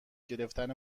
گرفتن